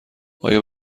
آیا